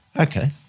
okay